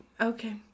Okay